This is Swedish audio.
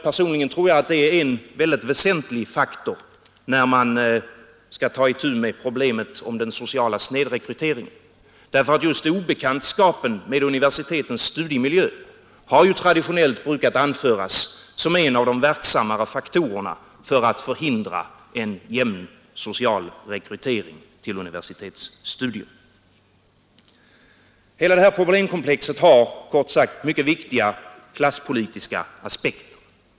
Personligen tror jag att det är en mycket väsentlig faktor när man skall ta itu med problemet om den sociala snedrekryteringen, därför att just obekantskapen med universitetens studiemiljö traditionellt har brukat anföras som en av de verksammare faktorerna för att förhindra en jämn social rekrytering till universitetsstudier. Hela det här problemkomplexet har kort sagt mycket viktiga klasspolitiska aspekter.